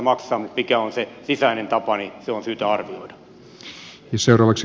mutta mikä on se sisäinen tapa se on syytä arvioida